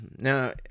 now